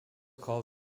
called